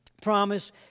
promise